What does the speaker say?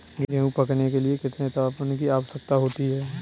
गेहूँ पकने के लिए कितने तापमान की आवश्यकता होती है?